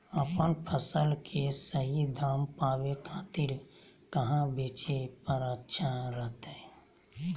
अपन फसल के सही दाम पावे खातिर कहां बेचे पर अच्छा रहतय?